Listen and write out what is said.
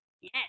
Yes